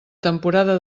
temporada